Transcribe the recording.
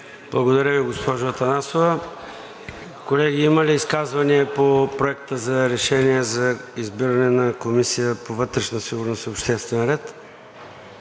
Благодаря Ви, госпожо Атанасова. Колеги, има ли изказвания по Проекта на решение за избиране на Комисия по вътрешна сигурност и обществен ред?